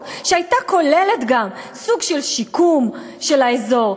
שהייתה כוללת גם סוג של שיקום של האזור,